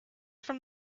from